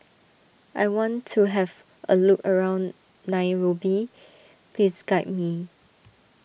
I want to have a look around Nairobi please guide me